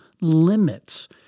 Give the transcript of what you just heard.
limits